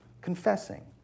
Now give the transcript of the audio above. confessing